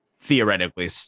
theoretically